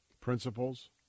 principles